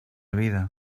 vida